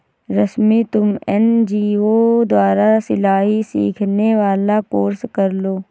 रश्मि तुम एन.जी.ओ द्वारा सिलाई सिखाने वाला कोर्स कर लो